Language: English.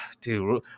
dude